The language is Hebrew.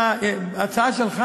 בהצעה שלך